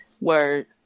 Word